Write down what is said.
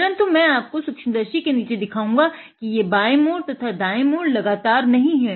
परन्तु मै आपको सूक्ष्मदर्शी के नीचे दिखाऊंगा कि ये बाए मोड़ तथा दाए मोड़ लगातार नहीं है